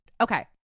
Okay